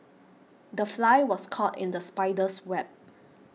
the fly was caught in the spider's web